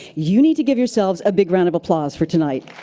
you need to give yourselves a big round of applause for tonight.